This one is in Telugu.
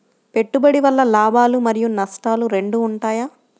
పెట్టుబడి వల్ల లాభాలు మరియు నష్టాలు రెండు ఉంటాయా?